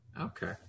Okay